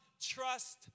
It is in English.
trust